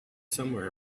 somewhere